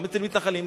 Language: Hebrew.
גם אצל מתנחלים,